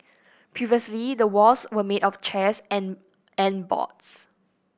previously the walls were made of chairs and and boards